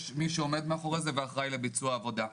מי שעומד מאחורי זה ואחראי לביצוע העבודה.